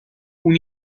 اون